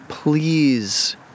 Please